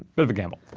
bit of a gamble.